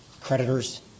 creditors